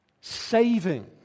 saving